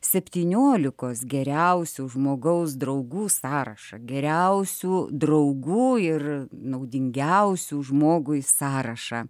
septyniolikos geriausių žmogaus draugų sąrašą geriausių draugų ir naudingiausių žmogui sąrašą